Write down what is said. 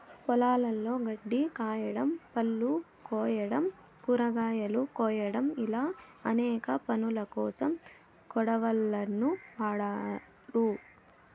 పొలాలలో గడ్డి కోయడం, పళ్ళు కోయడం, కూరగాయలు కోయడం ఇలా అనేక పనులకోసం కొడవళ్ళను వాడ్తారు